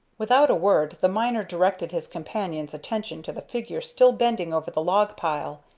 without a word the miner directed his companion's attention to the figure still bending over the log pile,